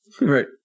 Right